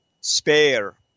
spare